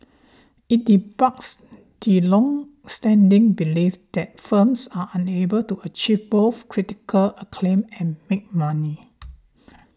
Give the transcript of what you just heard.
it debunks the longstanding belief that films are unable to achieve both critical acclaim and make money